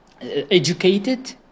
educated